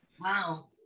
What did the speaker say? Wow